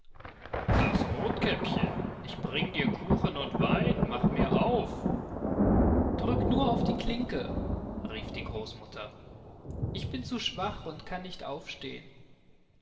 das rothkäppchen ich bring dir kuchen und wein mach mir auf drück nur auf die klinke rief die groß mutter ich bin zu schwach und kann nicht aufstehen